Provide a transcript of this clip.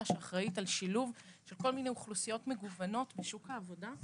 שאחראית על שילוב של כל מיני אוכלוסיות מגוונות בשוק העבודה.